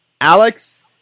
Alex